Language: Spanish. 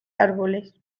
árboles